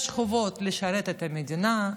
יש חובות לשרת את המדינה,